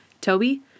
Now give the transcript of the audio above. Toby